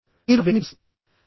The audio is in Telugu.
మీరు ఆ వ్యక్తిని పిలుస్తారు